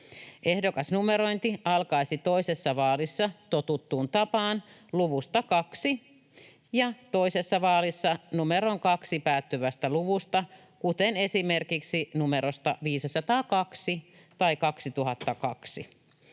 Ehdokasnumerointi alkaisi toisessa vaalissa totuttuun tapaan luvusta kaksi ja toisessa vaalissa numeroon kaksi päättyvästä luvusta, kuten esimerkiksi numerosta 502 tai 2002.